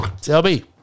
Selby